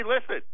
listen